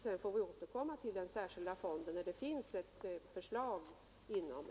Sedan får vi återkomma till den särskilda fonden när det föreligger förslag inom FN.